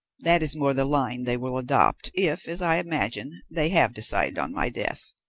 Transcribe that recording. that is more the line they will adopt, if, as i imagine, they have decided on my death.